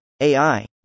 AI